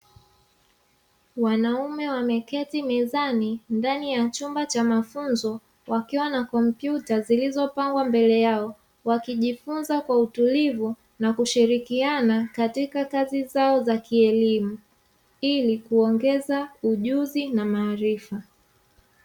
Wanaume wameketi mezani ndani ya chumba cha mafunzo wakiwa na kompyuta zilizopangwa mbele yao, wakijifunza kwa utulivu na kushirikiana katika kazi zao za kielimu ili kuongeza ujuzi na maarifa.